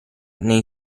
nel